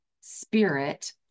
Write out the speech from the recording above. spirit